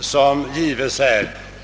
som förs.